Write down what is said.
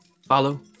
Follow